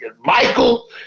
Michael